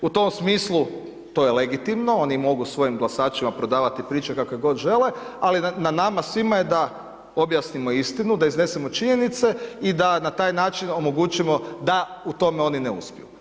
U tom smislu, to je legitimno, oni mogu svojim glasačima prodavati priče kakve god žele, ali na nama svima je da objasnimo istinu, da iznesemo činjenice i da na taj način omogućimo da u tome oni ne uspiju.